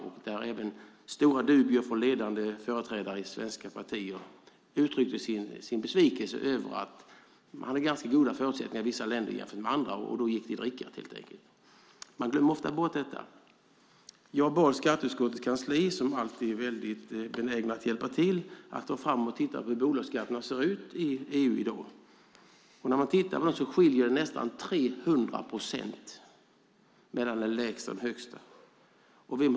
Där fanns även stora dubier från ledande företrädare i svenska partier som uttryckte sin besvikelse över att man hade ganska goda förutsättningar i vissa länder jämfört med andra, och då gick det i drickat helt enkelt. Man glömmer ofta bort detta. Jag bad skatteutskottets kansli, som är alltid är väldigt benäget att hjälpa till, att ta fram och titta på hur bolagskatterna ser ut i EU i dag. När man tittar på dem skiljer det nästan 300 procent mellan den lägsta och den högsta skatten.